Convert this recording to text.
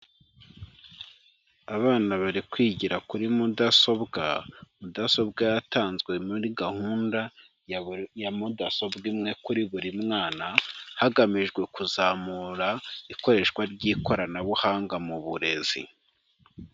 Abana bari kwigira kuri mudasobwa, mudasobwa yatanzwe muri gahunda ya mudasobwa imwe kuri buri mwana hagamijwe kuzamura ikoreshwa ry'ikoranabuhanga mu burezi.